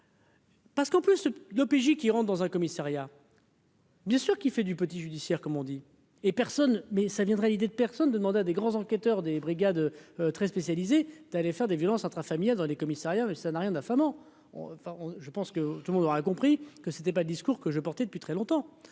Parce qu'en plus l'OPJ qui rentre dans un commissariat. Bien sûr qu'il fait du petit judiciaire comme on dit, et personne, mais ça viendrait à l'idée de personne de mandat des grands enquêteurs des brigades très spécialisés. Tu allais faire des violences intrafamiliales dans les commissariats, mais ça n'a rien d'infamant on enfin on je pense que tout le monde raconte. Prix que c'était pas discours que je portais depuis très longtemps,